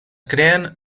creen